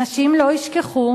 אנשים לא ישכחו,